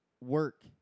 work